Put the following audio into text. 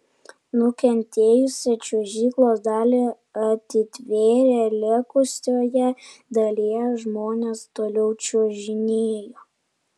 nukentėjusią čiuožyklos dalį atitvėrė likusioje dalyje žmonės toliau čiuožinėjo